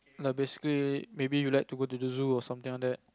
ya basically maybe you like to go the zoo or something like that